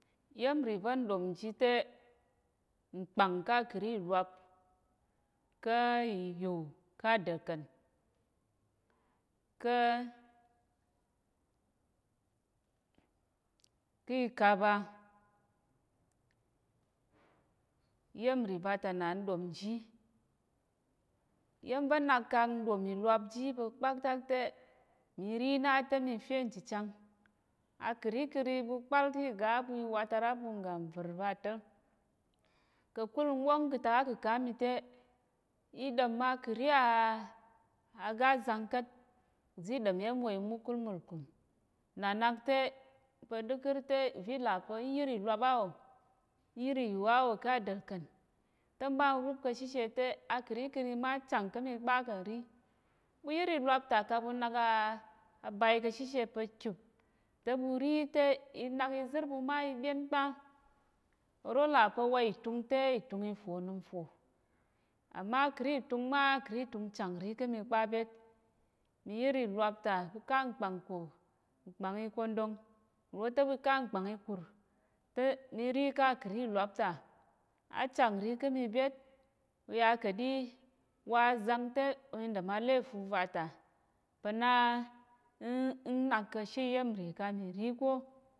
Iya̱m nrì va̱ n ɗom ji te, mkpàng ká̱ akəri ìlwap, ká̱ ìyu ká̱ adə̀lkən, ká̱ ki ìkaba. Iya̱m nrì va ta na n ɗom ji. Iya̱m va̱ nak kang n ɗom ìlwap ji pa̱ kpaktak te, mi ri na te mi fe nchichang, akərikəri ɓu kpál te i ga á ɓu i watar á ɓu ngga nvər va ta̱, ka̱kul n wóng ka̱ tak ákəka mi te, i ɗem akəri a a gá zang ka̱t, uzi i ɗəm iya̱m wò imwúlkúmwùlkù nna nak te pá ɗekər te, uvi i là pa̱ í yír ìlwap á wò, í yír ìyu á wò ká̱ adəlkən, te m ɓa n rúp ka̱ shishe te, akəríkəri ma chàng ká̱ mi kpa kà̱ nrí. Ɓu yír ìlwap ta ka ɓu nak a abai ka̱ shishe pa̱ chìp, te ɓu ri te i nak izər ɓu ma i byén kpa̱. Oro là pa̱ wa ìtung te, ìtung i fo onəm fo, a má akəri ìtung má akəri ìtung chàng nri ká̱ mi kpa byet. Mi yír ìlwap ta mi ká mkpang ko, mkpàng ikondong, nro te ɓu ká mkpang ikur, te mi rí ká kəri ìlwap ta. Á chang nrí ká̱ mi byét, u ya ka̱ɗi wa azang te, mi ɗəm aléfu va ta pa̱ na ń n nak ka̱ she iya̱m nrì ka mi rí ko.